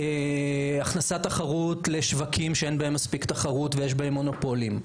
להכנסת לתחרות לשווקים שאין בהם מספיק תחרות ויש בהם מונופולים,